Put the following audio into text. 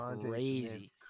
crazy